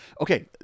okay